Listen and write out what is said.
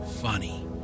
funny